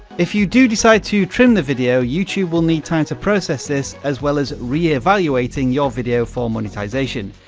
if you do decide to trim the video, youtube will need time to process this as well as reevaluating your video for monetization.